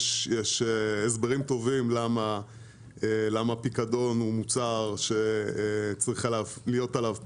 יש הסברים טובים למה פיקדון הוא מוצר שצריך להיות עליו פיקוח,